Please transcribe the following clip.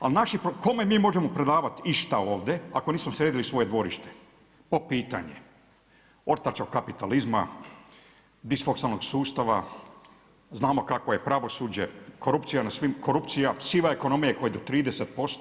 Ali naši, kome mi možemo predavati išta ovde ako nismo sredili svoje dvorište po pitanju ortačkog kapitalizma, disfunkcionalnog sustava, znamo kakvo je pravosuđe, korupcija, siva ekonomija koja je do 30%